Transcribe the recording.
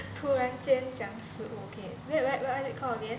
突然间讲食物 okay wait what what is it called again